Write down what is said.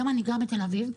היום אני גר בתל אביב,